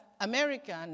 American